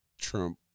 Trump